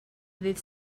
ddydd